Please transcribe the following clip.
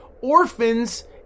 orphans